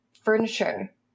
furniture